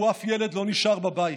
אף ילד לא נשאר בבית.